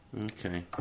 okay